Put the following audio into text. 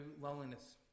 loneliness